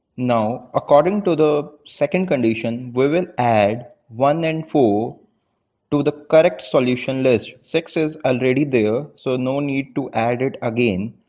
now, according to the second condition we will add one and four to the correct solution list, six is already there, so, no need to add it again.